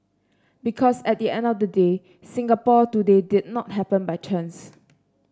because at the end of the day Singapore today did not happen by chance